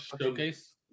Showcase